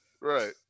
Right